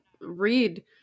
read